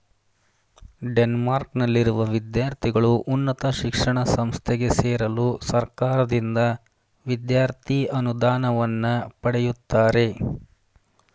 ಡೆನ್ಮಾರ್ಕ್ನಲ್ಲಿರುವ ವಿದ್ಯಾರ್ಥಿಗಳು ಉನ್ನತ ಶಿಕ್ಷಣ ಸಂಸ್ಥೆಗೆ ಸೇರಲು ಸರ್ಕಾರದಿಂದ ವಿದ್ಯಾರ್ಥಿ ಅನುದಾನವನ್ನ ಪಡೆಯುತ್ತಾರೆ